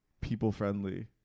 people-friendly